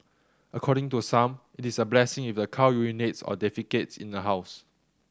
according to some it is a blessing if the cow urinates or defecates in the house